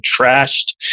trashed